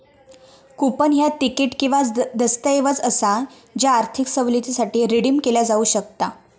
coupon ह्या ticket किंवा दस्तऐवज असा ज्या आर्थिक सवलतीसाठी रिडीम केला जाऊ शकता